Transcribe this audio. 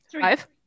Five